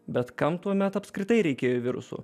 bet kam tuomet apskritai reikėjo virusų